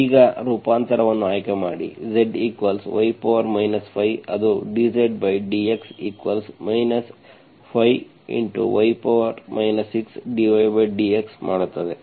ಈಗ ರೂಪಾಂತರವನ್ನು ಆಯ್ಕೆಮಾಡಿ Zy 5 ಅದು dZdx 5 y 6dydx ಮಾಡುತ್ತದೆ